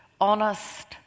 honest